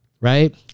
right